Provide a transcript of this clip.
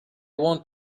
want